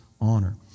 honor